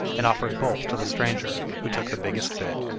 and offered both to the stranger, who took the biggest bit.